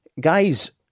Guys